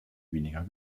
weniger